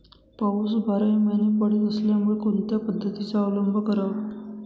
पाऊस बाराही महिने पडत असल्यामुळे कोणत्या पद्धतीचा अवलंब करावा?